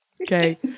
Okay